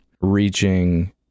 reaching